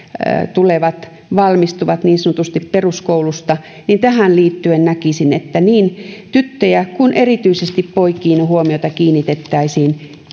tulevat valmistuvat niin sanotusti peruskoulusta näkisin että niin tyttöihin kuin erityisesti poikiin huomiota kiinnitettäisiin jokaisella